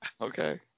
Okay